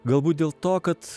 galbūt dėl to kad